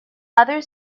other